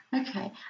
Okay